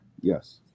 Yes